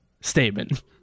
statement